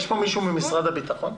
יש פה מישהו ממשרד הביטחון?